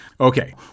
Okay